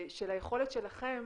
היכולת שלכם